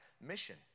mission